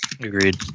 agreed